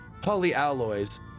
polyalloys